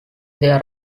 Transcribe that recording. there